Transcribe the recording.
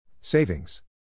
Savings